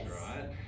right